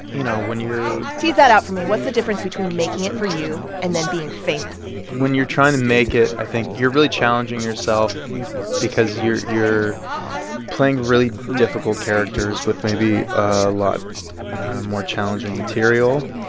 you know, when you're. tease that out for me. what's the difference between making it for you and then being famous? when you're trying to make it, i think you're really challenging yourself because you're you're playing really difficult characters with maybe a lot more challenging material.